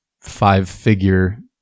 five-figure